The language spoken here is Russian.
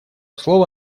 слово